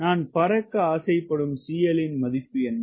நான் பறக்க ஆசைப்படும் CL இன் மதிப்பு என்ன